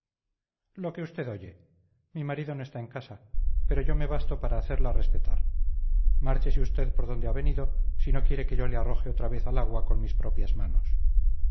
lo que usted oye mi marido no está en casa pero yo me basto para hacerla respetar márchese usted por donde ha venido si no quiere que yo le arroje otra vez al agua con mis propias manos